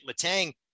Latang